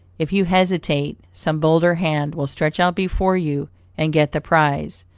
if you hesitate, some bolder hand will stretch out before you and get the prize.